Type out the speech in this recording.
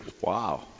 Wow